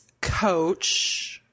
coach